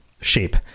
shape